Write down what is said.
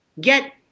get